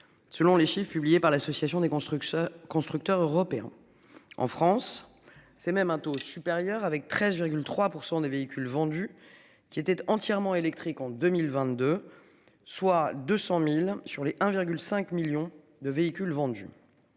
Selon les chiffre publiés par l'Association des constructeurs, constructeurs européens en France, c'est même un taux supérieur avec 13,3% des véhicules vendus qui était entièrement électrique en 2022, soit 200.000 sur les 1,5 millions de véhicules vendus.